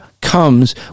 comes